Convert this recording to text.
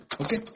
Okay